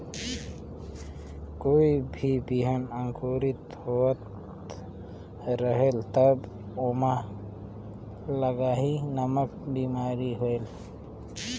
कोई भी बिहान अंकुरित होत रेहेल तब ओमा लाही नामक बिमारी होयल?